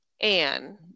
Anne